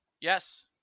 Yes